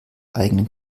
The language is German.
eigenen